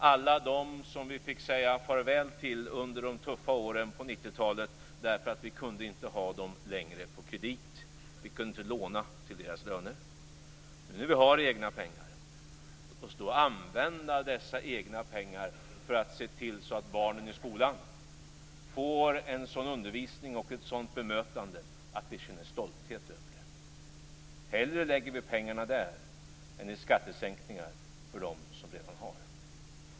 Alla dessa fick vi säga farväl till under de tuffa åren på 90-talet därför att vi inte längre kunde ha dem på kredit. Men när vi nu har egna pengar, låt oss då använda dessa egna pengar för att se till att barnen i skolan får en sådan undervisning och ett sådant bemötande att de känner stolthet över det.